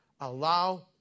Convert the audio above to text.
allow